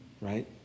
Right